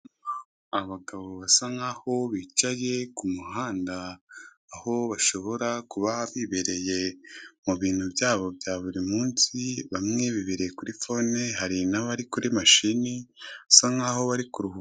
Abagabo basa nkaho bicaye ku muhanda, aho bashobora kuba bibereye mu bintu byabo bya buri munsi, bamwe bibereye kuri fone, hari n'abari kuri mashini basa nkaho bari kuruhu...